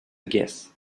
guess